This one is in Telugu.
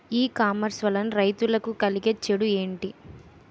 ఈ కామర్స్ వలన రైతులకి కలిగే చెడు ఎంటి?